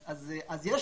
אם כן,